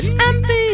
empty